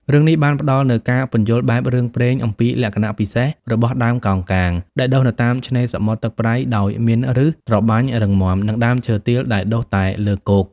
រឿងនេះបានផ្តល់នូវការពន្យល់បែបរឿងព្រេងអំពីលក្ខណៈពិសេសរបស់ដើមកោងកាងដែលដុះនៅតាមឆ្នេរសមុទ្រទឹកប្រៃដោយមានប្ញសត្របាញ់រឹងមាំ និងដើមឈើទាលដែលដុះតែលើគោក។